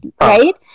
Right